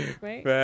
Right